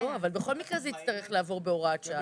אבל בכל מקרה זה יצטרך לעבור בהוראת שעה,